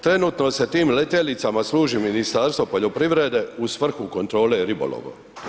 Trenutno se tim letjelicama služi Ministarstvo poljoprivrede u svrhu kontrole ribolovom.